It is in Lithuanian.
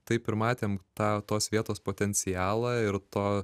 taip ir matėm tą tos vietos potencialą ir to